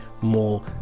more